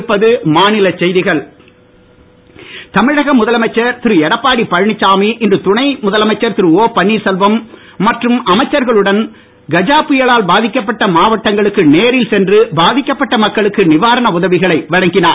ஆய்வு தமிழக முதலமைச்சர் திரு எடப்பாடி பழினிச்சாமி இன்று துணை முதலமைச்சர் திரு ஓ பன்னீர்செல்வம் மற்றும் அமைச்சர்களுடன் கஜா புயலால் பாதிக்கப்பட்ட மாவட்டங்களுக்கு நேரில் சென்று பாதிக்கப்பட்ட மக்களுக்கு நிவாரண உதவிகளை வழங்கினார்